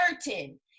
certain